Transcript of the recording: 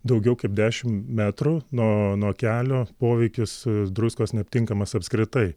daugiau kaip dešimt metrų nuo nuo kelio poveikis druskos neaptinkamas apskritai